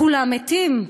כולם מתים.